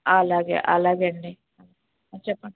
అలాగే అలాగే అండి చెప్పండి